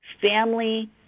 family